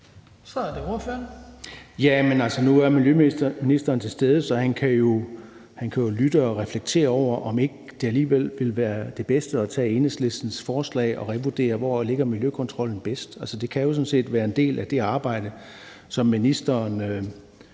nu er miljøministeren til stede, så han kan jo lytte og reflektere over, om ikke det alligevel ville være det bedste at tage Enhedslistens forslag og revurdere, hvor Miljøkontrollen ligger bedst. Det kan jo sådan set være en del af det arbejde, som ministeren